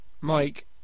Mike